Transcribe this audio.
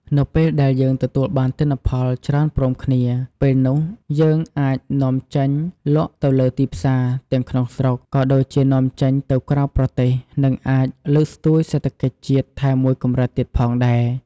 នៅពេលដែលយើងទទួលបានទិន្នផលច្រើនព្រមគ្នា ពេលនោះយើងអាចនាំចេញលក់ទៅលើទីផ្សារ ទាំងក្នុងស្រុក ក៏ដូចជានាំចេញទៅក្រៅប្រទេស នឹងអាចលើកស្ទួយសេដ្ឋកិច្ចជាតិថែមមួយកម្រិតទៀតផងដែរ។